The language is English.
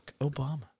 Obama